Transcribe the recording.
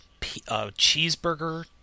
cheeseburger